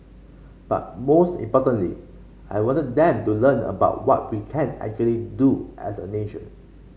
but most importantly I wanted them to learn about what we can actually do as a nation